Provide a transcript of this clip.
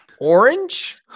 orange